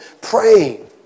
praying